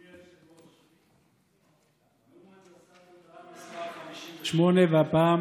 אדוני היושב-ראש, נאום הנדסת תודעה מס' 58, והפעם